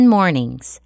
Mornings